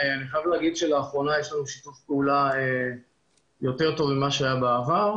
אני חייב להגיד שלאחרונה יש לנו שיתוף פעולה יותר טוב ממה שהיה בעבר.